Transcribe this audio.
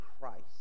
Christ